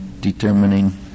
determining